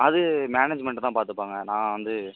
அது மேனேஜ்மெண்ட் தான் பார்த்துப்பாங்க நான் வந்து